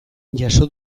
jaso